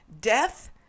death